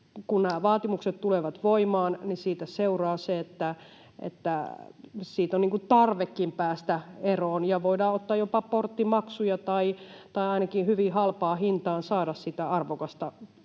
suhteutettuna, niin siitä seuraa, että siitä on niin kuin tarvekin päästä eroon ja voidaan ottaa jopa porttimaksuja tai ainakin hyvin halpaan hintaan saada sitä arvokasta fosforia.